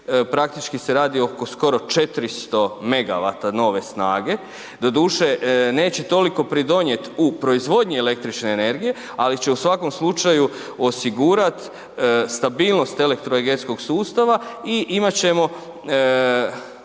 praktički se radi oko skoro 400 megavata nove snage, doduše neće toliko pridonijeti u proizvodnji električne energije, ali će u svakom slučaju osigurati stabilnost elektroenergetskog sustava i imat ćemo